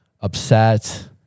upset